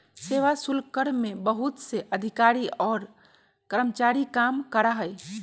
सेवा शुल्क कर में बहुत से अधिकारी और कर्मचारी काम करा हई